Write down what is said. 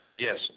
Yes